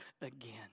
again